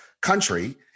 country